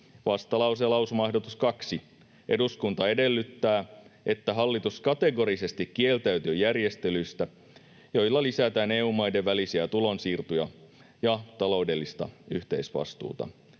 Vastalauseen lausumaehdotus 2: ”Eduskunta edellyttää, että hallitus kategorisesti kieltäytyy järjestelyistä, joilla lisätään EU-maiden välisiä tulonsiirtoja ja taloudellista yhteisvastuuta.”